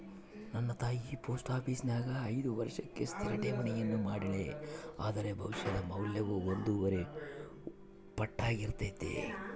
ನನ್ನ ತಾಯಿ ಪೋಸ್ಟ ಆಪೀಸಿನ್ಯಾಗ ಐದು ವರ್ಷಕ್ಕೆ ಸ್ಥಿರ ಠೇವಣಿಯನ್ನ ಮಾಡೆಳ, ಅದರ ಭವಿಷ್ಯದ ಮೌಲ್ಯವು ಒಂದೂವರೆ ಪಟ್ಟಾರ್ಗಿತತೆ